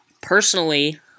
personally